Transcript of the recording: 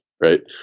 Right